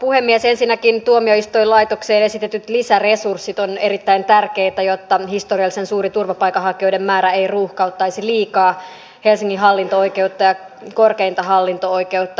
ensinnäkin tuomioistuinlaitokseen esitetyt lisäresurssit ovat erittäin tärkeitä jotta historiallisen suuri turvapaikanhakijoiden määrä ei ruuhkauttaisi liikaa helsingin hallinto oikeutta ja korkeinta hallinto oikeutta